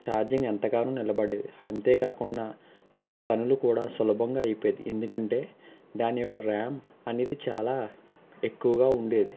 charging ఎంతగానో నిలబడేది అంతే కాకుండా నా పనులు కూడా సులభంగా అయిపోయేవి ఎందుకంటే దాని యొక్క ర్యామ్ అనేది చాలా ఎక్కువగా ఉండేది